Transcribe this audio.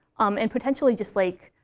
um and potentially just, like,